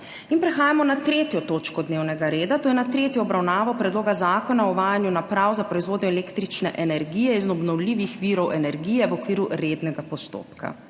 s prekinjeno 3. točko dnevnega reda - tretja obravnava Predloga zakona o uvajanju naprav za proizvodnjo električne energije iz obnovljivih virov energije, v okviru rednega postopka**.